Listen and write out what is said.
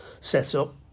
set-up